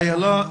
אילה,